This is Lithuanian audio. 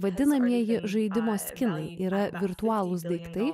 vadinamieji žaidimo skinai yra virtualūs daiktai